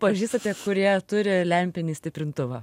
pažįstate kurie turi lempinį stiprintuvą